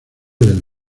del